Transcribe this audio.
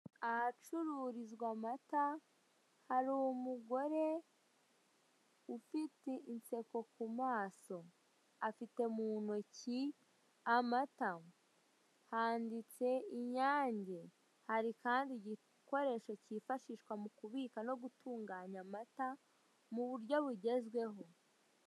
Ahacururizwa amata hari umugore ufite inseko ku maso, afite mu ntoki amata, handitse inyange. Hari kandi igikoresho cyifashishwa mu kubika no gutunganya amata mu buryo bugezweho.